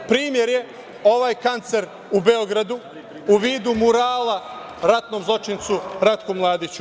Primer je ovaj kancer u Beogradu u vidu murala ratnom zločincu Ratku Mladiću.